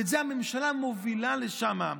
והממשלה מובילה לשם.